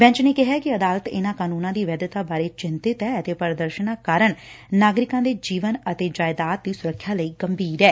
bench ਨੇ ਕਿਹੈ ਕਿ ਅਦਾਲਤ ਇਨ੍ਹਾਂ ਕਾਨੂੰਨਾਂ ਦੀ ਵੈਧਤਾ ਬਾਰੇ ਚਿੰਤਤ ਐ ਅਤੇ ਪ੍ਰਦਰਸ਼ਨਾਂ ਕਾਰਨ ਨਾਗਰਿਕਾਂ ਦੇ ਜੀਵਨ ਅਤੇ ਸੰਪਤੀ ਦੀ ਸੁਰੱਖਿਆ ਲਈ ਗੰਭੀਰ ਐ